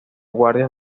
guardias